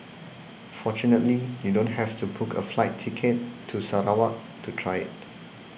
fortunately you don't have to book a flight ticket to Sarawak to try it